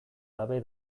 gabe